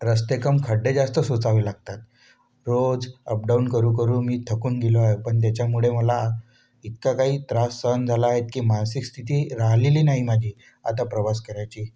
रस्ते कमी खड्डे जास्त सोसावे लागतात रोज अप डाऊन करूकरू मी थकून गेलो आहे पण त्याच्यामुळे मला इतका काही त्रास सहन झाला आहे की मानसिक स्थिती राहिलेली नाही माझी आता प्रवास करायची